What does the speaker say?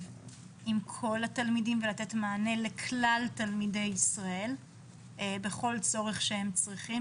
עם כל התלמידים ולתת מענה לכלל תלמידי ישראל בכל צורך שהם צריכים,